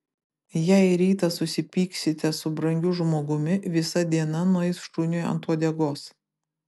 jei rytą susipyksite su brangiu žmogumi visa diena nueis šuniui ant uodegos